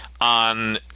on